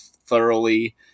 thoroughly